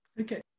Okay